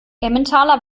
emmentaler